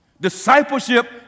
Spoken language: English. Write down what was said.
Discipleship